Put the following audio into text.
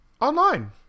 online